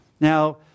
Now